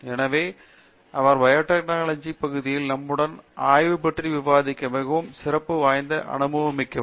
எனவே அவர் பயோடெக்னாலஜி பகுதியில் நம்முடன் ஆய்வு பற்றி விவாதிக்க மிகவும் சிறப்பு அனுபவம் மிக்கவர்